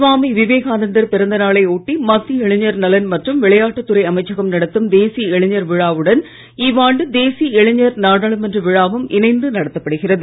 சுவாமி விவேகானந்தர் பிறந்த நாளை ஒட்டி மத்திய இளைஞர் நலன் மற்றும் விளையாட்டுத் துறை அமைச்சகம் நடத்தும் தேசிய இளைஞர் விழாவுடன் இவ்வாண்டு தேசிய இளைஞர் நாடாளுமன்ற விழாவும் இணைந்து நடத்தப்படுகிறது